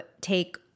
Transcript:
take